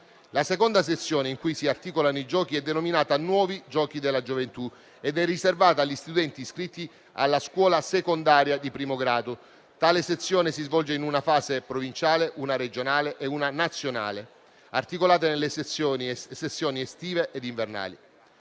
La seconda sezione in cui si articolano i giochi è denominata «Nuovi giochi della gioventù» ed è riservata agli studenti iscritti alla scuola secondaria di primo grado. Tale sezione si svolge in una fase provinciale, una regionale e una nazionale, articolata nelle sessioni estive e invernali.